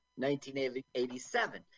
1987